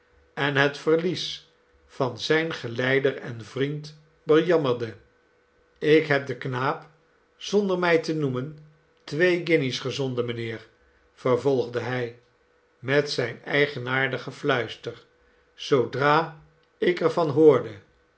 en het verlies van zijn geleider en vriend bejammerde ik heb den knaap zonder mij te noemen twee guinjes gezonden mijnheer vervolgde hij met zijn eigenaardig gefluister zoodra ik er van hoorde